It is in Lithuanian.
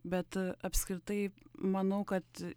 bet apskritai manau kad